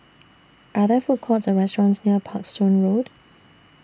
Are There Food Courts Or restaurants near Parkstone Road